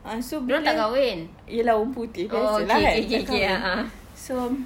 ah so bila ya lah orang putih biasa lah kan tak kahwin so